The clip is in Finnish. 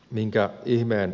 minkä ihmeen